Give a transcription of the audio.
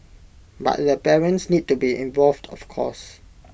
but the parents need to be involved of course